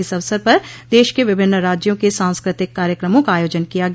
इस अवसर पर देश के विभिन्न राज्यों के सांस्कृतिक कार्यक्रमों का आयोजन किया गया